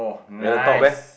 then the top leh